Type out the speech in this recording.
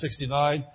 1969